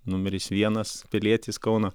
numeris vienas pilietis kauno